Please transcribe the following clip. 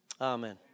amen